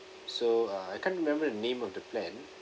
so uh I can't remember the name of the plan